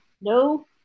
no